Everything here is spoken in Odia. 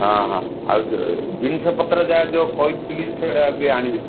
ହଁ ହଁ ଆଉ ଜିନିଷପତ୍ର ଯାହା ଯେଉଁ କହିଥିଲି ସେରା ବି ଆଣିବେ